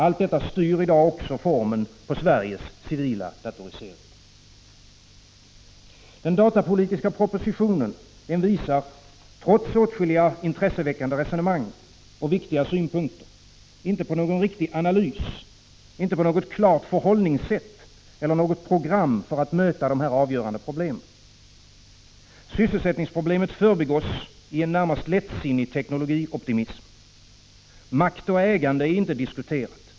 Allt detta styr i dag också formen på Sveriges civila datorisering. — Prot. 1985/86:53 Den datapolitiska propositionen visar, trots åtskilliga intresseväckande 17 december 1985 resonemang och viktiga synpunkter, inte på någon verklig analys, någotklart. GA oo förhållningssätt eller något program för att möta de avgörande problemen. Sysselsättningsproblemet förbigås i en närmast lättsinnig teknologioptimism. Makt och ägande är inte diskuterat.